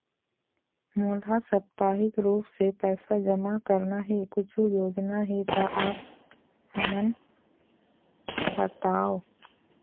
मोला साप्ताहिक रूप से पैसा जमा करना हे, कुछू योजना हे त आप हमन बताव?